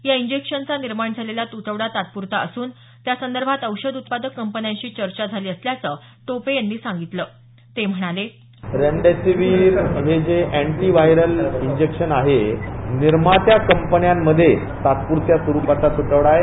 या इंजेक्शनचा निर्माण झालेला तुटवडा तात्पुरता असून त्यासंदर्भात औषध उत्पादक कंपन्याशी चर्चा झाली असल्याचं टोपे यांनी सांगितलं ते म्हणाले रेमडेसिवीर हे जे अँटीव्हायरल इंजेक्शन आहे निर्मात्या कंपन्यांमध्ये तात्पूरत्या स्वरुपाचा तुटवडा आहे